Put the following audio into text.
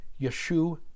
Yeshu